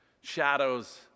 Shadows